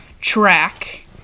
track